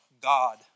God